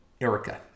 Erica